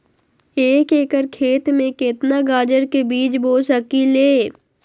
एक एकर खेत में केतना गाजर के बीज बो सकीं ले?